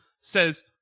says